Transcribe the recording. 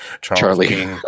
Charlie